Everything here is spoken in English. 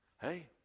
Hey